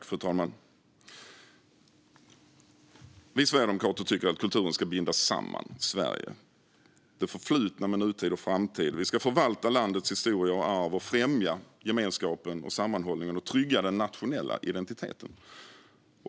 Fru talman! Vi sverigedemokrater tycker att kulturen ska binda samman Sverige - det förflutna med nutid och framtid. Vi ska förvalta landets historia och arv, främja gemenskapen och sammanhållningen och trygga den nationella identiteten.